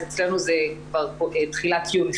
אז אצלנו זה כבר תחילת יוני,